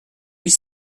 huit